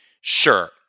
Sure